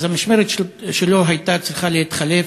אז המשמרת שלו הייתה צריכה להתחלף,